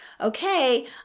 okay